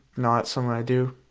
not something i do.